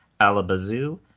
Alabazoo